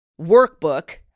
workbook